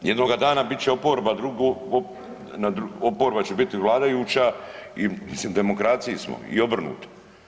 Jednoga dana bit će oporba drugo, oporba će biti vladajuća i mislim u demokraciji smo i obrnuto.